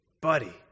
buddy